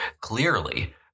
clearly